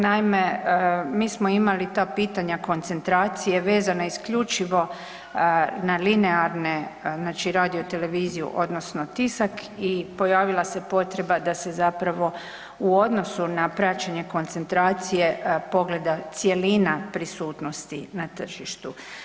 Naime, mi smo imali ta pitanja koncentracije vezano isključivo na linearne znači na radioteleviziju odnosno tisak i pojavila se potreba da se zapravo u odnosu na praćenje koncentracije pogleda cjelina prisutnosti na tržištu.